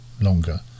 longer